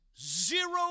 zero